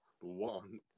One